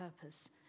purpose